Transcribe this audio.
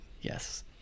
Yes